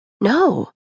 No